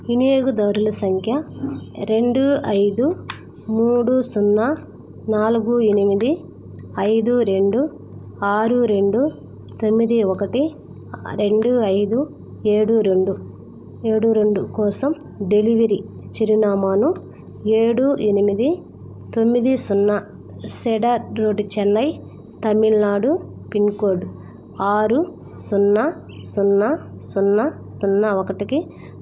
వినియోగదారుల సంఖ్య రెండూ ఐదు మూడు సున్నా నాలుగు ఎనిమిది ఐదు రెండు ఆరు రెండు తొమ్మిది ఒకటి రెండు ఐదు ఏడు రెండు ఏడు రెండు కోసం డెలివరీ చిరునామాను ఏడు ఎనిమిది తొమ్మిది సున్నా cedar road Chennai Tamil Nadu pin code ఆరు సున్నా సున్నా సున్నా సున్నా ఒకటికి